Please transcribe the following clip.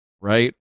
right